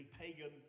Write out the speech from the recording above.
pagan